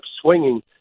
swinging